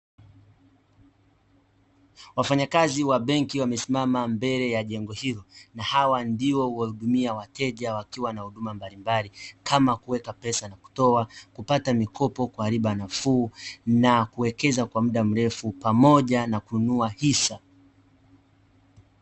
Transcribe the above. Wafanyakazi wa benki wamesimama mbele ya jengo hilo na hawa ndiyo hudumia wateja wakiwa na huduma mbalimbali kama kuweka pesa na kutoa, kupata mikopo kwa riba nafuu na kuwekezwa kwa muda mrefu pamoja na kununua hisa.